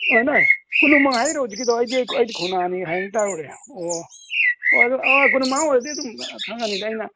ꯀꯣꯟꯅꯨꯡꯃꯥꯡ ꯍꯥꯏꯔꯣ ꯍꯧꯖꯥꯛꯀꯤꯗꯣ ꯑꯩꯗꯤ ꯈꯣꯡꯅꯥꯡ ꯑꯅꯤ ꯍꯥꯏꯌꯦꯅ ꯇꯥꯔꯨꯔꯦ ꯑꯣ ꯑꯗꯨ ꯀꯣꯅꯨꯡꯃꯥꯡ ꯑꯣꯏꯔꯗꯤ ꯑꯗꯨꯝ ꯈꯪꯉꯅꯤꯗ ꯑꯩꯅ